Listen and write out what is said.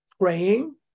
praying